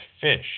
fish